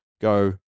go